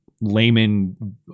layman